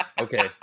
Okay